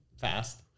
fast